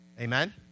Amen